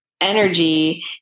energy